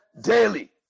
daily